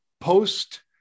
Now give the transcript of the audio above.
post